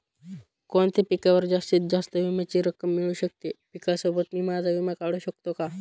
कोणत्या पिकावर जास्तीत जास्त विम्याची रक्कम मिळू शकते? पिकासोबत मी माझा विमा काढू शकतो का?